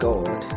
God